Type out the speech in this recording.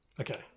Okay